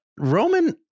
Roman